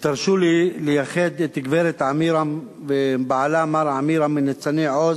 ותרשו לי לייחד את גברת עמירם ובעלה מר עמירם מניצני-עוז,